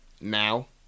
now